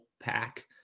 pack